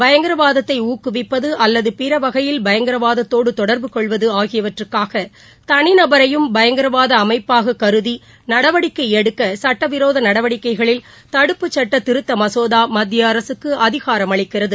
பயங்கரவாதத்தை ஊக்குவிப்பது அல்லது பிற வகையில் பயங்கரவாதத்தோடு தொடர்பு கொள்வது ஆகியவற்றுக்கூக தனி நபரையும் பயங்கரவாத அமைப்பாகக் கருதி நடவடிக்கை எடுக்க சட்டவிரோத நடவடிக்கைகளில் தடுப்புச் சுட்ட திருத்த மசோதா மத்திய அரசுக்கு அதிகாரம் அளிக்கிறது